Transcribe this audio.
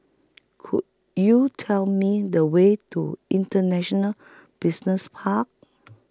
Could YOU Tell Me The Way to International Business Park